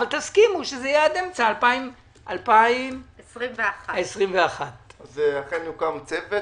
אבל תסכימו שזה יהיה עד אמצע 2021. אכן יוקם צוות,